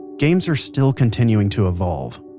games are still continuing to evolve.